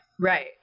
Right